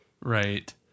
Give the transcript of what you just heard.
Right